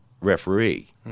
referee